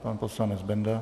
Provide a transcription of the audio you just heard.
Pan poslanec Benda.